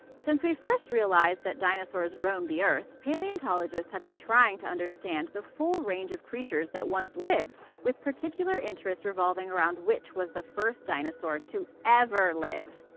since we first realized that dinosaurs roamed the earth, palaeontologists have been trying to understand the full range of creatures that once lived, with particular interest revolving around which was the first dinosaur to ever live.